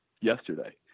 yesterday